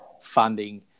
funding